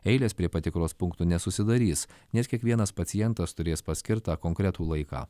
eilės prie patikros punktų nesusidarys nes kiekvienas pacientas turės paskirtą konkretų laiką